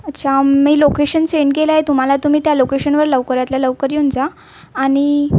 अच्छा मी location send केलं आहे तुम्हाला तुम्ही त्या लोकेशनवर लवकरातल्या लवकर येऊन जा आणि